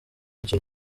icyo